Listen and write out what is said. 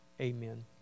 amen